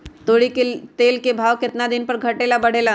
तोरी के तेल के भाव केतना दिन पर घटे ला बढ़े ला?